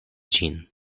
ĝin